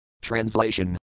Translation